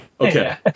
Okay